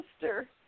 sister